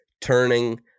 turning